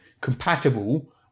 compatible